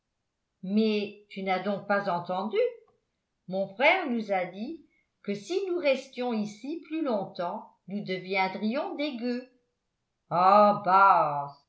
mais tu n'as donc pas entendu mon frère nous a dit que si nous restions ici plus longtemps nous deviendrions des gueux ah bah